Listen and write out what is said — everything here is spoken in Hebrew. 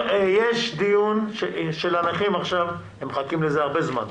יש דיון של הנכים עכשיו, הם מחכים לזה הרבה זמן.